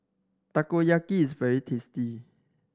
takoyaki is very tasty